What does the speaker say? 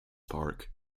park